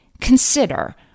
consider